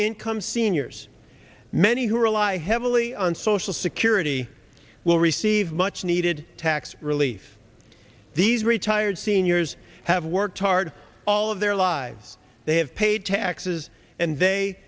income seniors many who rely heavily on social security will receive much needed tax relief these retired seniors have worked hard all of their lives they have paid taxes and they